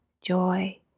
joy